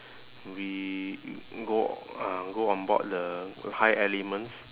we g~ go uh go on board the uh high elements